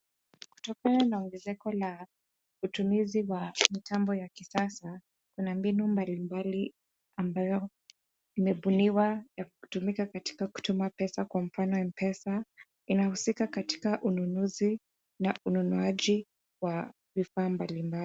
Kutokana na ongezeko la utumizi wa mitambo ya kisasa, kuna mbinu mbalimbali ambazo zimebuniwa ya kutumika katika kutuma pesa kwa mfano Mpesa, inahusika katika ununuzi na ununuaji wa vifaa mbalimbali.